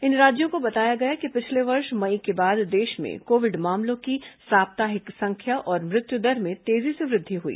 इन राज्यों को बताया गया कि पिछले वर्ष मई के बाद देश में कोविड मामलों की साप्ताहिक संख्या और मृत्युदर में तेजी से वृद्धि हुई